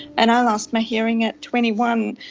and i lost my hearing at twenty one,